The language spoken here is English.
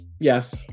Yes